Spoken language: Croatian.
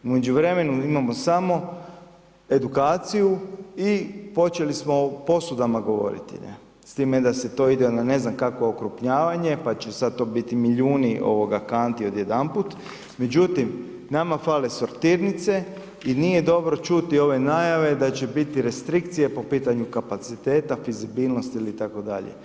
U međuvremenu imamo samo edukaciju i počeli smo o posudama govoriti, ne, s time da se to ide na ne znam kakvo okrupnjavanje pa će sad to biti milijuni ovoga kanti od jedanput, međutim, nama fale sortirnice i nije dobro čuti ove najave da će biti restrikcije po pitanju kapaciteta vizibilnosti itd.